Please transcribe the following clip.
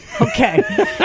Okay